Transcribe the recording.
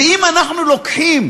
ואם אנחנו לוקחים